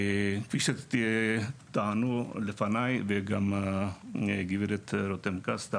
כפי שטענו לפניי וגם גברת רותם כץ,